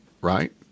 right